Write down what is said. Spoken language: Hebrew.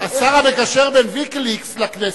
השר המקשר בין "ויקיליקס" לכנסת,